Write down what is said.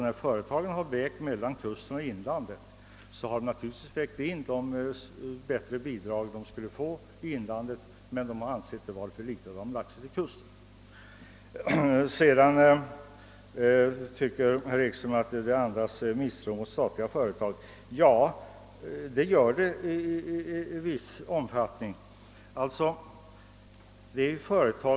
När företagen valt mellan kusten och inlandet har de naturligtvis tagit hänsyn till de bättre bidragen i inlandet men ansett att de ändå var för låga och förlagt verksamheten till kusten. Herr Ekström anser att vårt förslag andas misstro mot statliga företag, och det gör det i viss omfattning.